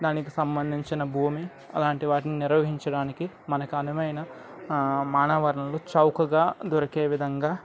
దానికి సంబంధించిన భూమి అలాంటి వాటిని నిర్వహించడానికి మనకు అనుమైన మానవ వనరులు చౌకగా దొరికే విధంగా